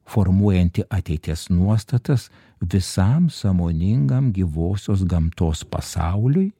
formuojanti ateities nuostatas visam sąmoningam gyvosios gamtos pasauliui